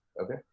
okay